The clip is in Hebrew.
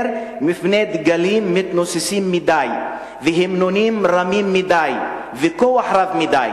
מפני דגלים מתנוססים מדי והמנונים רמים מדי וכוח רב מדי,